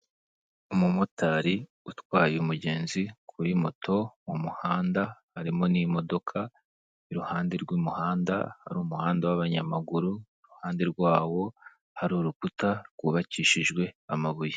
Umumotari utwaye umugenzi kuri moto mu muhanda, harimo n'imodoka iruhande rw'umuhanda hari umuhanda w'abanyamaguru iruhande rwawo hari urukuta rwubakishijwe amabuye.